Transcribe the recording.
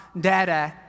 dada